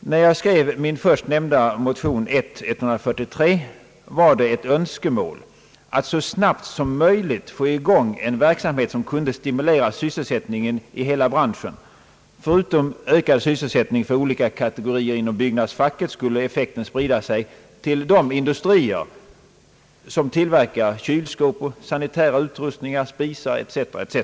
När jag skrev min först nämnda motion, I: 143, låg där bakom ett önskemål att så snabbt som möjligt få i gång en verksamhet som kunde stimulera sysselsättningen i hela branschen. Förutom ökad sysselsättning för olika kategorier inom byggnadsfacket skulle effekten sprida sig till de industrier som tillverkar kylskåp, sanitära utrustningar, spisar etc.